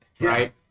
right